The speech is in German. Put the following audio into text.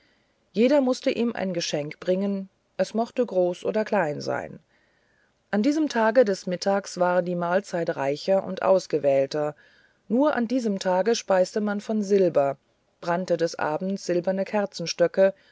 jeder mußte ihm ein geschenk bringen es mochte groß oder klein sein an diesem tage des mittags war die mahlzeit reicher und ausgewählter nur an diesem tage speiste man von silber brannten des abends silberne